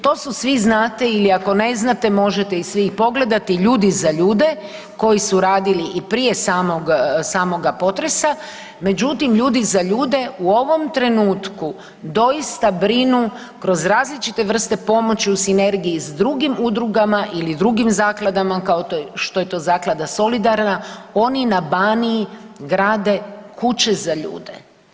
To su, svi znate ili ako ne znate, možete ih svih ih pogledati, Ljudi za ljude, koji su radili i prije samoga potresa, međutim, Ljudi za ljude u ovom trenutku doista brinu kroz različite vrste pomoći u sinergiji s drugim udrugama ili drugim zakladama, kao što je to zaklada Solidarna, oni na Baniji grade kuće za ljude.